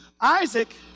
Isaac